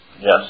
Yes